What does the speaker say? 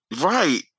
Right